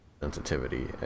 sensitivity